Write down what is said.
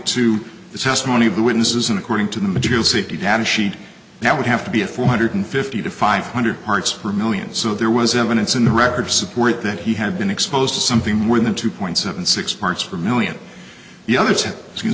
to the testimony of the witnesses and according to the material safety data sheet now would have to be a four hundred fifty to five hundred parts per million so there was evidence in the records support that he had been exposed to something more than two point seven six parts for million